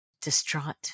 distraught